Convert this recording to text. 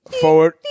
Forward